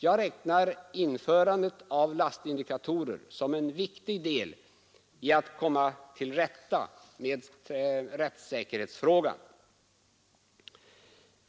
Jag räknar införandet av lastindikatorer som en viktig del i strävandena att komma till rätta med rättssäkerhetsfrågan.